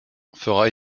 fera